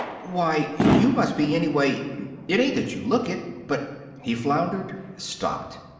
why, you must be anyway it ain't that you look it but he floundered, stopped.